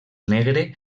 negre